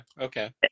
Okay